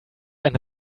eine